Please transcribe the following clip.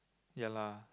ya lah